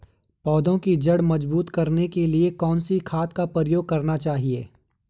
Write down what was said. पौधें की जड़ मजबूत करने के लिए कौन सी खाद का प्रयोग करना चाहिए?